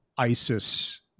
ISIS